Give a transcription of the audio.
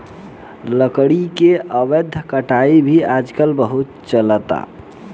लकड़ी के अवैध कटाई भी आजकल बहुत चलता